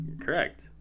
correct